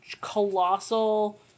colossal